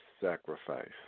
sacrifice